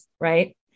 Right